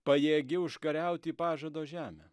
pajėgi užkariauti pažado žemę